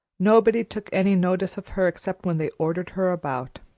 nobody took any notice of her except when they ordered her about.